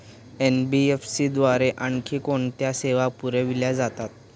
NBFC द्वारे आणखी कोणत्या सेवा पुरविल्या जातात?